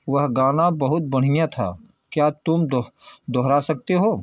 वह गाना बहुत बढ़िया था क्या तुम दोह दोहरा सकते हो